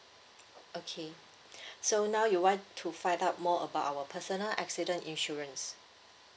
okay so now you want to find out more about our personal accident insurance